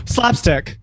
Slapstick